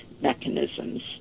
mechanisms